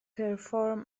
perform